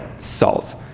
salt